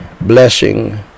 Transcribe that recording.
blessing